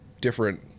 different